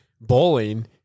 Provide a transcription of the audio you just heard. bowling